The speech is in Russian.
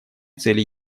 цели